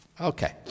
Okay